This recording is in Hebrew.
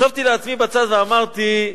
ישבתי בצד ואמרתי,